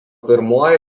pirmuoju